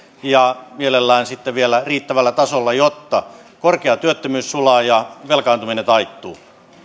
ja mielellään sitten vielä riittävällä tasolla jotta korkea työttömyys sulaa ja velkaantuminen taittuu